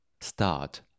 Start